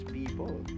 people